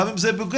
גם אם זה פוגע,